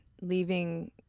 leaving